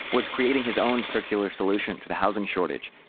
was creating his own circular solution to the housing shortage,